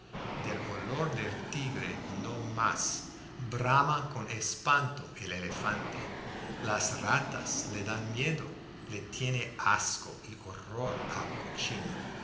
del olor del tigre no más brama con espanto el elefante las ratas le dan miedo le tiene asco y horror al cochino